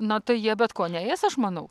na tai jie bet ko neės aš manau